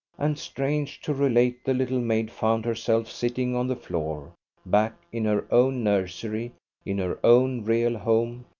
and strange to relate the little maid found herself sitting on the floor back in her own nursery in her own real home,